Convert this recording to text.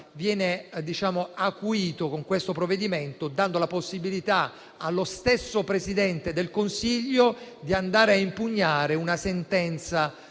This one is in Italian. viene acuito con questo provvedimento, dando la possibilità allo stesso Presidente del Consiglio di andare a impugnare una sentenza